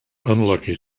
unlucky